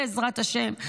בעזרת השם,